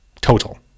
total